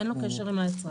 אין לו קשר עם היצרן,